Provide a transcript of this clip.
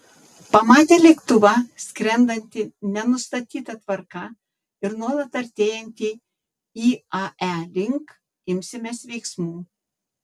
pamatę lėktuvą skrendantį ne nustatyta tvarka ir nuolat artėjantį iae link imsimės veiksmų